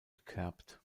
gekerbt